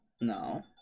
no